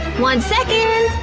one second!